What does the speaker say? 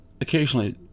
occasionally